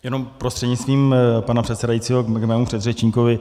Jenom prostřednictvím pana předsedajícího k mému předřečníkovi.